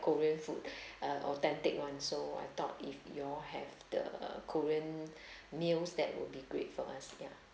korean food uh authentic [one] so I thought if y'all have the korean meals that would be great for us ya